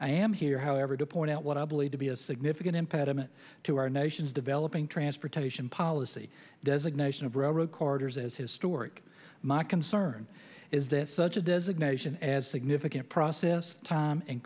i am here however to point out what i believe to be a significant impediment to our nation's developing transportation policy designation of railroad corridors as historic my concern is that such a designation as significant process time